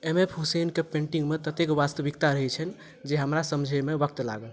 M F हुसैनके पेन्टिंगमे ततेक वास्तविकता रहैत छनि जे हमरा समझयमे वक्त लागल